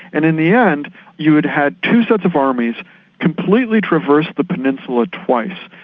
and in the end you had had two sets of armies completely traverse the peninsula twice,